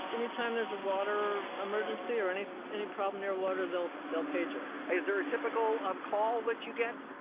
anytime there's a water emergency or any any problem near water they'll they'll page us. is there a typical um call that you get?